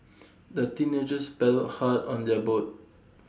the teenagers paddled hard on their boat